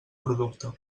producte